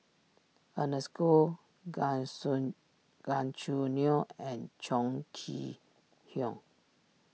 Ernest Goh gan soon Gan Choo Neo and Chong Kee Hiong